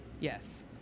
Yes